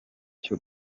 cyo